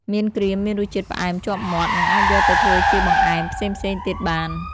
មៀនក្រៀមមានរសជាតិផ្អែមជាប់មាត់ និងអាចយកទៅធ្វើជាបង្អែមផ្សេងៗទៀតបាន។